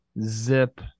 Zip